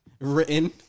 Written